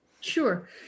Sure